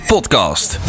Podcast